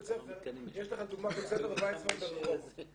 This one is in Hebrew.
יש לך דוגמא בית ספר ויצמן ברחובות.